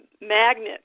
magnet